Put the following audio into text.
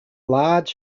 large